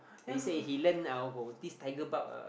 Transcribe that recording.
he say he learn uh oh this tiger barb ah